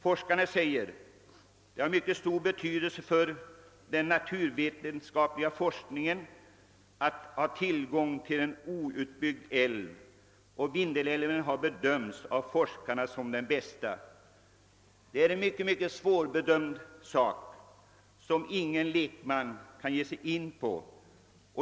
Det sägs att det har mycket stor betydelse för den naturvetenskapliga forskningen att ha tillgång till en outbyggd älv, och - Vindelälven har av forskarna bedömts såsom den bästa. Det är en mycket svårbedömd sak, som ingen lekman bör ge sig in på.